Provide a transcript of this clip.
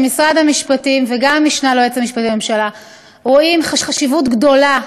שמשרד המשפטים וגם המשנָה ליועץ המשפטי לממשלה רואים חשיבות גדולה,